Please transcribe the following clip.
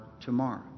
tomorrow